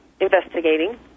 investigating